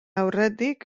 aurretik